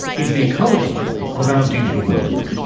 is the ecology of our digital world?